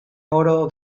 oro